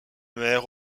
mère